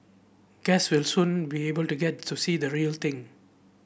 guests will soon we able to get to see the real thing